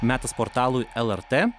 metas portalui lrt